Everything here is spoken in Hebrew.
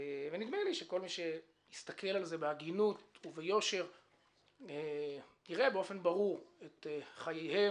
נדמה לי שכל מי שיסתכל על זה בהגינות וביושר יראה באופן ברור את חייהם,